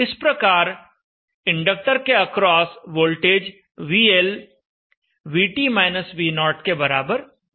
इस प्रकार इंडक्टर के across voltage VL VT V0 के बराबर होगा